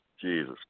Jesus